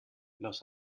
los